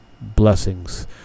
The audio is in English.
blessings